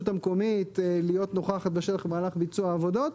המקומית להיות נוכח בשטח במהלך ביצוע העבודות.